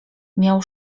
miał